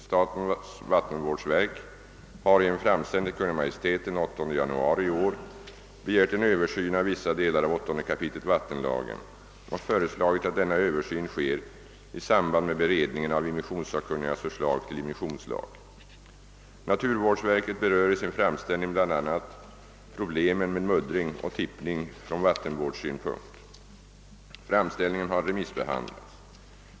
Statens naturvårdsverk har i en framställning till Kungl. Maj:t den 10 januari 1968 begärt en översyn av vissa delar av 8 kap. vattenlagen och föreslagit att denna översyn sker i samband med beredningen av immissionssakkunnigas förslag till immissionslag. Naturvårdsverket berör i sin framställning bla. problemen med muddring och tippning från vattenvårdssynpunkt. Framställningen har remissbehandlats.